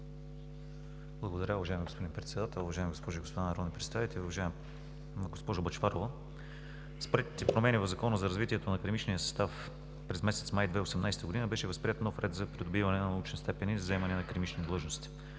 Благодаря, уважаеми господин Председател. Уважаеми госпожи и господа народни представители! Уважаема госпожо Бъчварова, с приетите промени в Закона за развитието на академичния състав през месец май 2018 г. беше възприет нов ред за придобиване на научни степени и за заемане на академични длъжности.